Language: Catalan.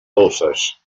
dolces